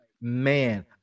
man